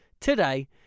today